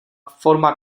forma